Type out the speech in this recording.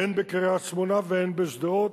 הן בקריית-שמונה והן בשדרות.